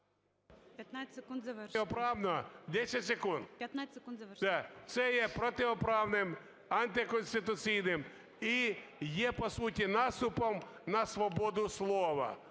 15 секунд, завершуйте. НІМЧЕНКО В.І. Це є протиправним, антиконституційним і є, по суті, наступом на свободу слова.